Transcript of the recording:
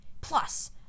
Plus